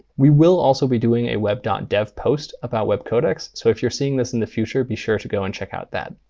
we will also be doing a web dev post about webcodecs. so if you're seeing this in the future, be sure to go and check out that.